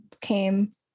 came